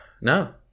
no